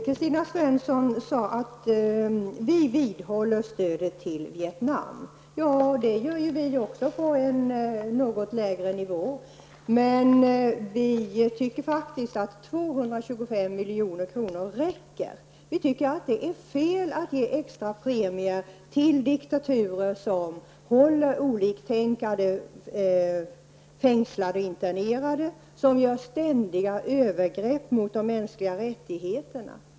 Herr talman! Vi vidhåller stödet till Vietnam, sade Kristina Svensson. Ja, det gör vi också, på en något lägre nivå. Vi tycker faktiskt att 225 milj.kr. räcker. Vi anser att det är fel att ge extra premier till diktaturer som håller oliktänkande fängslade och internerade och som gör ständiga övergrepp mot de mänskliga rättigheterna.